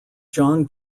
john